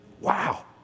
Wow